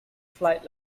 flight